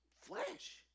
flesh